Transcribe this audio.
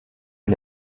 est